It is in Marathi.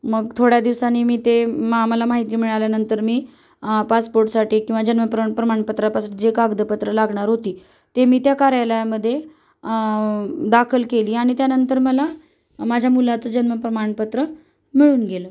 मग थोड्या दिवसांनी मी ते मा मला माहिती मिळाल्यानंतर मी पासपोर्टसाठी किंवा जन्म प्रमा प्रमाणपत्र जे कागदपत्र लागणार होती ते मी त्या कार्यालयामध्ये दाखल केली आणि त्यानंतर मला माझ्या मुलाचं जन्म प्रमाणपत्र मिळून गेलं